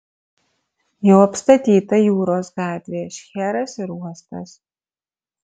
jau apstatyta jūros gatvė šcheras ir uostas